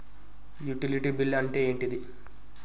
Utility bill అంటే ఏంటిది?